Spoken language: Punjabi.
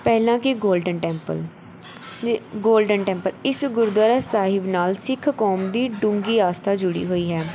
ਪਹਿਲਾਂ ਕਿ ਗੋਲਡਨ ਟੈਂਪਲ ਗੋਲਡਨ ਟੈਂਪਲ ਇਸ ਗੁਰਦੁਆਰਾ ਸਾਹਿਬ ਨਾਲ ਸਿੱਖ ਕੌਮ ਦੀ ਡੂੰਘੀ ਆਸਥਾ ਜੁੜੀ ਹੋਈ ਹੈ